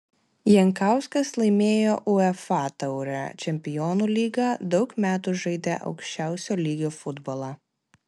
jankauskas laimėjo uefa taurę čempionų lygą daug metų žaidė aukščiausio lygio futbolą